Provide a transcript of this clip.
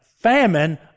famine